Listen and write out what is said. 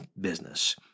business